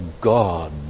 God